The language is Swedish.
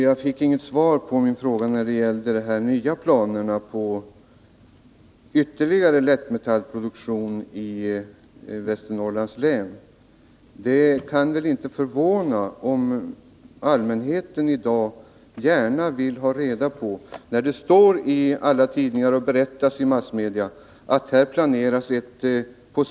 Regeringen har nyligen beviljat lokaliseringsbidrag till AB Isolerprodukter för en nyetablering i Älvkarleö. Placeringen av fabriken har varit och är en kontroversiell fråga, både lokalt och på riksplanet, på grund av det hot som fabriken anses utgöra mot fiskodling och laxfiske och därigenom mot den viktiga och snabbt växande turismen i området.